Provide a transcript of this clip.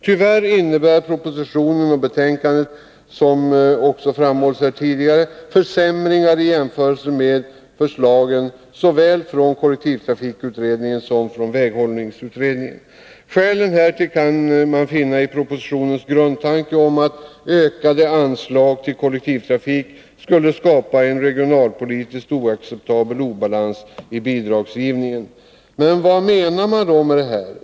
Tyvärr innebär propositionen och utskottsbetänkandet, vilket framhållits här tidigare, försämringar i jämförelse med förslagen såväl från kollektivtrafikutredningen som från väghållningsutredningen. Skälet härtill kan man finna i propositionens grundtanke om att ökade anslag till kollektivtrafik skulle skapa en regionalpolitiskt oacceptabel obalans i bidragsgivningen. Vad menar man då med detta?